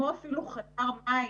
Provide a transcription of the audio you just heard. כמו למשל חדר מים,